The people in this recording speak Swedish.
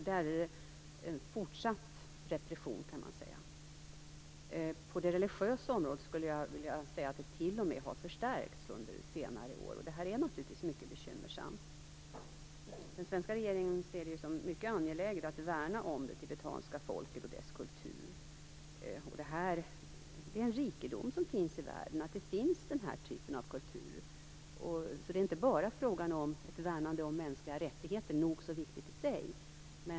Där är det en fortsatt repression. Jag skulle vilja säga att det t.o.m. har förstärkts på det religiösa området under senare år. Det är naturligtvis mycket bekymmersamt. Den svenska regeringen ser det ju som mycket angeläget att värna om det tibetanska folket och dess kultur. Att den här typen av kulturer finns i världen är en rikedom. Det är inte bara frågan om att värna de mänskliga rättigheterna - vilket är nog så viktigt i sig.